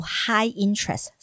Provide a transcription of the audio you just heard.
high-interest